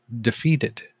defeated